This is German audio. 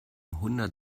hundert